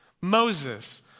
Moses